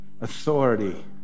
authority